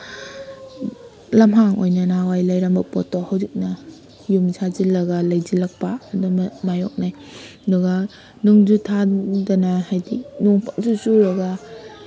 ꯂꯝꯍꯥꯡ ꯑꯣꯏꯅ ꯅꯍꯥꯟꯋꯥꯏ ꯂꯩꯔꯝꯕ ꯄꯣꯠꯇꯣ ꯍꯧꯖꯤꯛꯅ ꯌꯨꯝ ꯁꯖꯤꯜꯂꯒ ꯂꯩꯁꯤꯜꯂꯛꯄ ꯑꯗꯨꯝꯕ ꯃꯥꯏꯌꯣꯛꯅꯩ ꯑꯗꯨꯒ ꯅꯣꯡꯖꯨ ꯊꯥꯗꯅ ꯍꯥꯏꯕꯗꯤ ꯅꯣꯡ ꯄꯪꯆꯨ ꯆꯨꯔꯒ